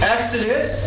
Exodus